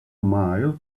mile